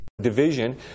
Division